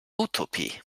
utopie